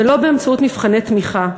ולא באמצעות מבחני תמיכה,